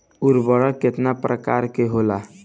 उर्वरक केतना प्रकार के होला?